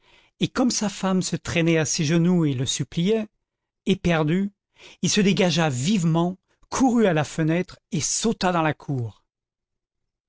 et comme sa femme se traînait à ses genoux et le suppliait éperdue il se dégagea vivement courut à la fenêtre et sauta dans la cour